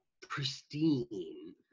pristine